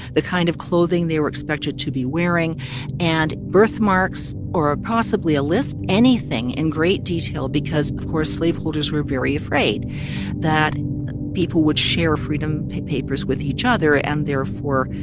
the kind of clothing they were expected to be wearing and birthmarks or ah possibly a lisp anything in great detail because, of course, slaveholders were very afraid that people would share freedom papers with each other and, therefore,